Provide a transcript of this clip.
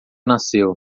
nasceu